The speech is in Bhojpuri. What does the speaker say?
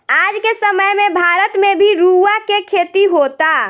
आज के समय में भारत में भी रुआ के खेती होता